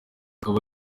akaba